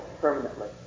permanently